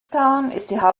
kingstown